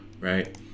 right